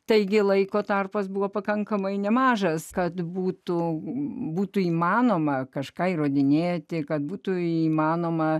taigi laiko tarpas buvo pakankamai nemažas kad būtų būtų įmanoma kažką įrodinėti kad būtų įmanoma